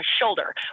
shoulder